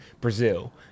Brazil